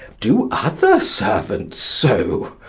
do other servants so?